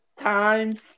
times